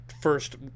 first